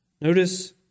Notice